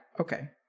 okay